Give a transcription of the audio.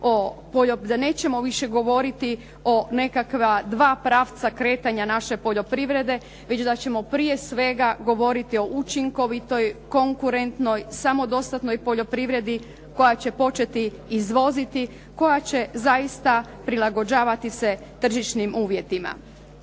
da nećemo više govoriti o nekakva dva pravca kretanja naše poljoprivrede već da ćemo prije svega govoriti o učinkovitoj, konkurentnoj, samodostatnoj poljoprivredi koja će početi izvoziti koja će zaista prilagođavati se tržišnim uvjetima.